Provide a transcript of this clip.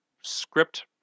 script